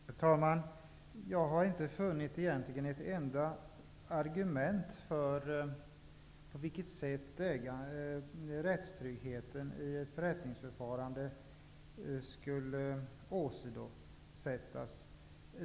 Herr talman! Jag har inte funnit ett enda argument för att rättstryggheten vid ett förrättningsförfarande skulle åsidosättas.